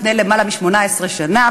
לפני למעלה מ-18 שנה,